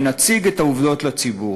ונציג את העובדות לציבור,